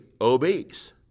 obese